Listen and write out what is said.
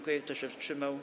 Kto się wstrzymał?